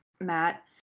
Matt